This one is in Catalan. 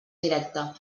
directa